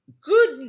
good